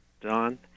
Don